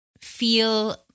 feel